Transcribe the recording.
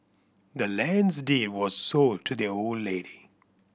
the land's deed was sold to the old lady